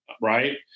right